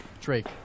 Drake